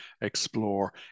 explore